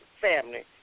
family